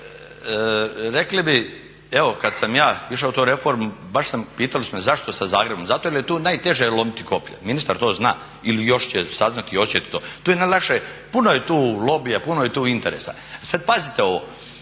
Rekli bi evo kad sam ja išao tu reformu baš sam, pitali su me zašto sa Zagrebom. Zato jer je tu najteže lomiti koplje, ministar to zna ili još će saznati i osjetiti to. Tu je najlakše, puno je tu lobija, puno je tu interesa. E sad pazite ovo,